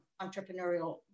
entrepreneurial